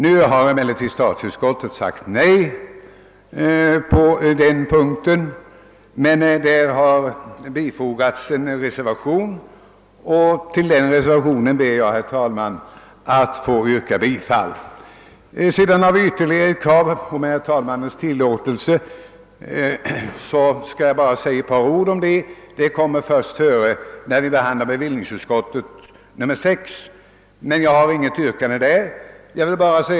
Nu har emellertid statsutskottet sagt nej på den punkten, men till utlåtandet har fogats en reservation och till den reservationen ber jag, herr talman, att få yrka bifall. Sedan har vi ytterligare ett krav, och med herr talmannens tillåtelse skall jag säga ett par ord om det — ärendet kommer före först vid behandlingen av bevillningsutskottets betänkande nr 6, men jag har inget yrkande där.